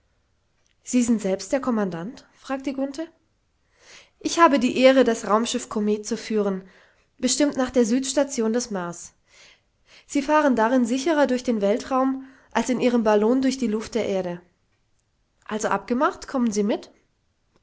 sie sind selbst der kommandant fragte grunthe ich habe die ehre das raumschiff komet zu führen bestimmt nach der südstation des mars sie fahren darin sicherer durch den weltraum als in ihrem ballon durch die luft der erde also abgemacht kommen sie mit